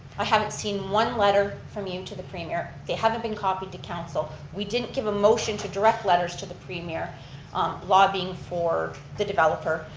i haven't seen one letter from you to the premier. they haven't been copied to council. we didn't give a motion to direct letters to the premier um lobbying for the developer.